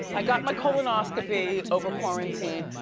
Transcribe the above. i got my colonoscopy over quarantine,